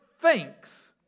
thinks